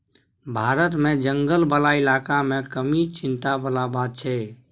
भारत मे जंगल बला इलाका मे कमी चिंता बला बात छै